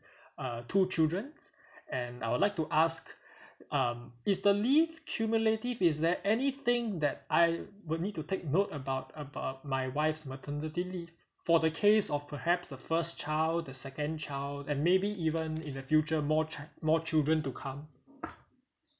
uh two childrens and I'd like to ask um is the leave cumulative is there any thing that I will need to take note about about my wife's maternity leave for the case of perhaps the first child the second child and maybe even in the future more chil~ more children to come